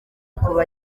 kuva